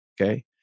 Okay